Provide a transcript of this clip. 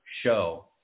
show